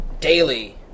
daily